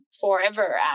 forever